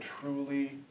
truly